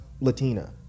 Latina